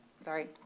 Sorry